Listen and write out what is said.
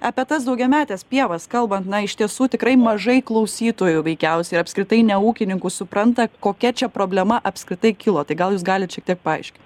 apie tas daugiametes pievas kalbant na iš tiesų tikrai mažai klausytojų veikiausiai apskritai ne ūkininkų supranta kokia čia problema apskritai kilo tai gal jūs galit šiek tiek paaiškint